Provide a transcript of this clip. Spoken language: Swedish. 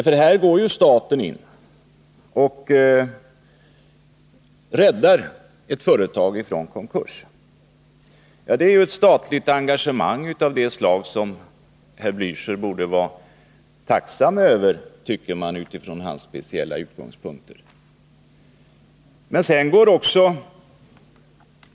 Här går nämligen staten in och räddar ett företag från konkurs. Det är ett statligt engagemang av det slag som herr Blächer, utifrån sina speciella utgångspunkter, borde vara tacksam för.